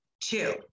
two